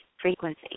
frequency